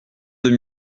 deux